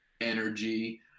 energy